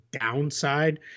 downside